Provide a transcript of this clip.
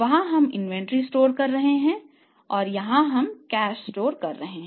वहां हम inventory store कर रहे हैं यहां हम कैश स्टोर कर रहे हैं